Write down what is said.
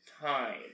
time